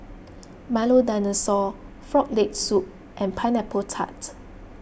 Milo Dinosaur Frog Leg Soup and Pineapple Tart